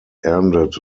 ended